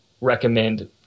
recommend